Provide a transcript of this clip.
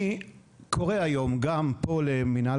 אני קורא היום למינהל